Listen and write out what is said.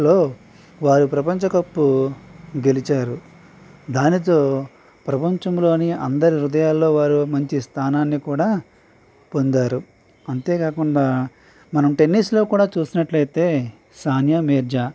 లో వారి ప్రపంచ కప్పు గెలిచారు దానితో ప్రపంచంలోనే అందరు హృదయల్లో వారు మంచి స్థానాన్ని కూడా పొందారు అంతేకాకుండా మనం టెన్నిస్లో కూడా చూసినట్లయితే సానియా మీర్జా